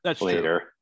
later